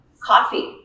coffee